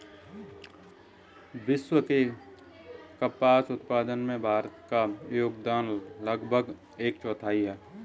विश्व के कपास उत्पादन में भारत का योगदान लगभग एक चौथाई है